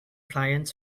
client